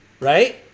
Right